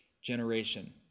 generation